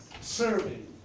serving